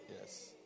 Yes